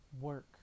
work